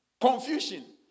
Confusion